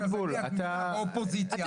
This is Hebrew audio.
אבל זה נכון! אבוטבול, אבוטבול אתה.